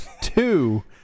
Two